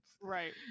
Right